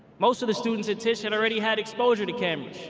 most of the students at tisch had already had exposure to cameras.